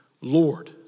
Lord